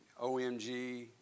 OMG